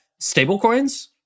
stablecoins